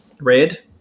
red